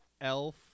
elf